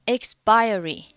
Expiry